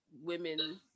women